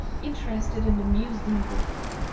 interested and amused them greatly.